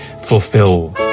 fulfill